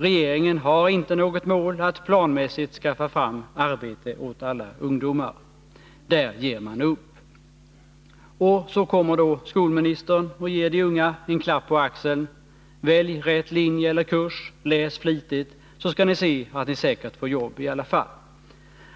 Regeringen har inte något mål att planmässigt skaffa fram arbete åt alla ungdomar. Där ger man upp. Och så kommer då skolministern och ger de unga en klapp på axeln: Välj rätt linje eller kurs, läs flitigt, så ska ni se att ni säkert får jobb i alla fall.